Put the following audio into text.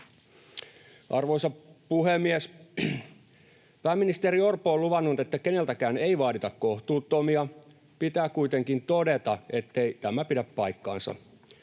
Arvoisa puhemies! Pääministeri Orpo on luvannut, että keneltäkään ei vaadita kohtuuttomia. Pitää kuitenkin todeta, ettei tämä pidä paikkaansa.